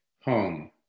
home